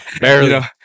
barely